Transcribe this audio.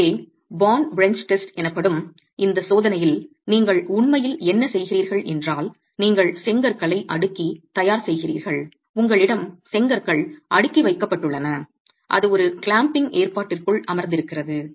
எனவே bond wrench test எனப்படும் இந்த சோதனையில் நீங்கள் உண்மையில் என்ன செய்கிறீர்கள் என்றால் நீங்கள் செங்கற்களை அடுக்கி தயார் செய்கிறீர்கள் உங்களிடம் செங்கற்கள் அடுக்கி வைக்கப்பட்டுள்ளன அது ஒரு கிளாம்பிங் ஏற்பாட்டிற்குள் அமர்ந்திருக்கிறது